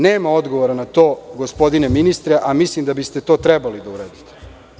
Nema odgovora na to, gospodine ministre, a mislim da biste to trebali da uradite.